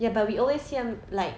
ya but we always hear like